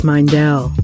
Mindell